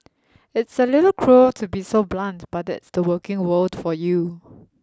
it's a little cruel to be so blunt but that's the working world for you